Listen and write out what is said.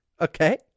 Okay